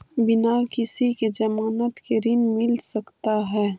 बिना किसी के ज़मानत के ऋण मिल सकता है?